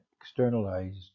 externalized